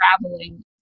traveling